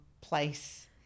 place